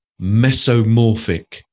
mesomorphic